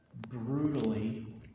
brutally